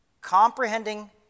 Comprehending